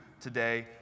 today